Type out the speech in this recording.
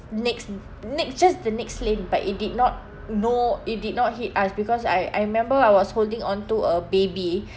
next next just the next lane but it did not no it did not hit us because I I remember I was holding onto a baby